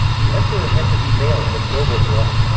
the emperor had to be male and of noble blood.